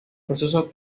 proceso